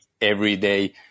everyday